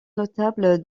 notable